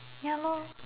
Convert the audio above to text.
ya lor